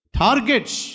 targets